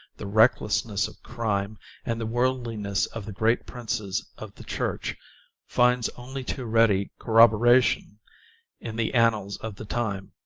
the recklessness of crime, and the worldliness of the great princes of the church finds only too ready corroboration in the annals of the time.